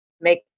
make